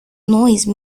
noise